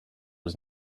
was